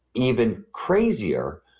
even crazier,